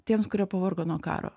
tiems kurie pavargo nuo karo